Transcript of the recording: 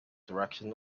direction